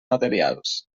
materials